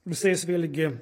visais vėlgi